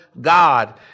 God